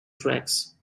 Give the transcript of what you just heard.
tracks